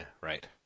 right